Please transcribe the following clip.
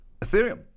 Ethereum